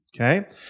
Okay